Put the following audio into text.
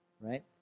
right